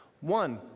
One